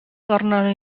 tornano